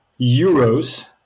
euros